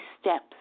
steps